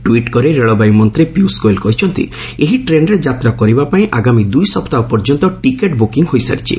tweet କରି ରେଳବାଇ ମନ୍ତ୍ରୀ ପୀୟୁଷ ଗୋୟଲ୍ କହିଛନ୍ତି ଏହି ଟ୍ରେନ୍ରେ ଯାତ୍ରା କରିବାପାଇଁ ଆଗାମୀ ଦୂଇ ସପ୍ତାହ ପର୍ଯ୍ୟନ୍ତ ଟିକେଟ୍ ବୁକିଂ ହୋଇସାରିଛି